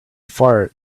far